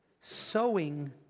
sowing